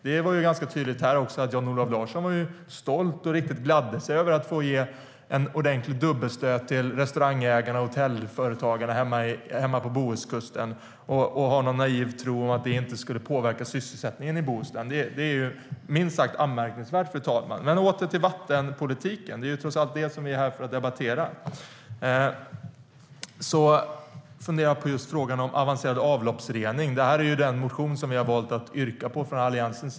Det var ganska tydligt här också att Jan-Olof Larsson var stolt och gladde sig över att få ge en ordentlig dubbelstöt till restaurangägare och hotellföretagare hemma på bohuskusten. Han har någon naiv tro på att det inte skulle påverka sysselsättningen i Bohuslän. Det är minst sagt anmärkningsvärt. Fru talman! Jag ska återgå till vattenpolitiken. Det är trots allt den som vi är här för att debattera. Jag funderar på just frågan om avancerad avloppsrening. Det är den motion som vi har valt att yrka på från Alliansen.